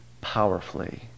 powerfully